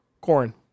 corn